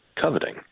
Coveting